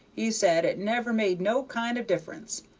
he said it never made no kind of difference,